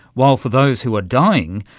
while for those who are dying,